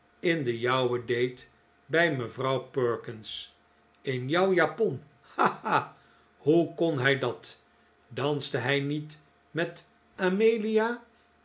in de jouwe deed bij mevrouw perkins in jouw japon ha ha hoe kon hij dat danste hij niet met amelia